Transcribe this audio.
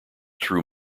through